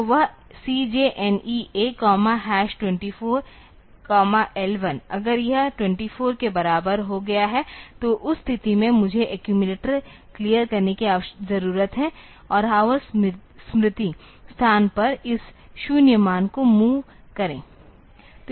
तो वह CJNE A 24 L1 अगर यह 24 के बराबर हो गया है तो उस स्थिति में मुझे एक्यूमिलेटर क्लियर करने की ज़रुरत है और हावर स्मृति स्थान पर इस 0 मान को MOV करे